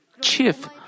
chief